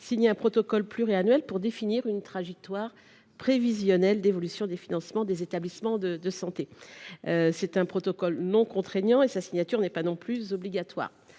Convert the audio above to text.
signer un protocole pluriannuel pour définir une trajectoire prévisionnelle d’évolution des financements des établissements de santé. La signature de ce protocole, non contraignant, n’est pas obligatoire.